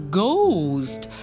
Ghost